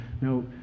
No